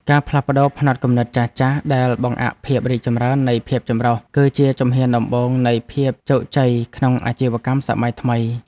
ការផ្លាស់ប្តូរផ្នត់គំនិតចាស់ៗដែលបង្អាក់ភាពរីកចម្រើននៃភាពចម្រុះ គឺជាជំហានដំបូងនៃភាពជោគជ័យក្នុងអាជីវកម្មសម័យថ្មី។